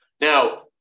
Now